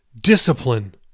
Discipline